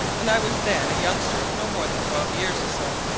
and i was then a youngster of no more than twelve years or so.